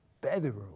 bedroom